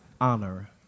honor